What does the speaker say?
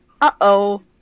uh-oh